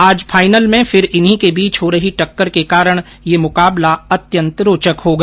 आज फाइनल में फिर इन्हीं के बीच हो रही टक्कर के कारण यह मुकाबला अत्यंत रोचक होगा